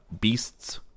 beasts